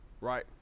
right